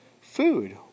food